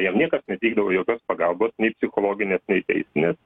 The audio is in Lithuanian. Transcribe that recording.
jam niekas neteikdavo jokios pagalbos nei psichologinės nei teisinės